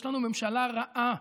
יש לנו ממשלה רעה,